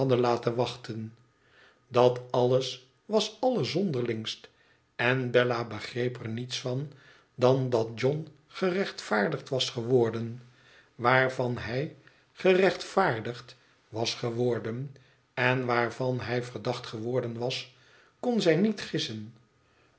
laten wachten dat alles was allerzonderlingst en bella begreep er niets van dan dat john gerechtvaardigd was geworden waarvan hij gerechtvaardigd was geworden en waarvan hij verdacht geworden was kon zij niet gissen